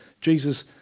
Jesus